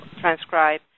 transcribe